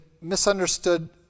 misunderstood